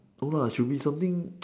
no lah should be something